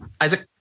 Isaac